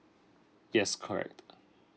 yes correct